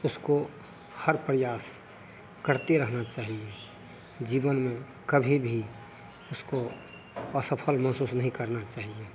उसको हर प्रयास करते रहना चाहिए जीवन में कभी भी उसको असफल महसूस नहीं करना चाहिए